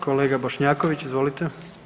Kolega Bošnjaković, izvolite.